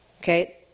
Okay